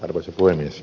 arvoisa puhemies